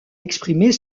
exprimer